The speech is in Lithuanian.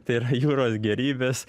tai yra jūros gėrybės